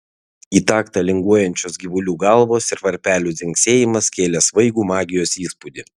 į taktą linguojančios gyvulių galvos ir varpelių dzingsėjimas kėlė svaigų magijos įspūdį